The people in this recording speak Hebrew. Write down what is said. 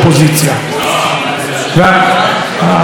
חברת הכנסת לבני,